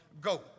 go